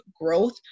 growth